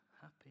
happy